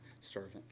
servant